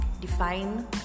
define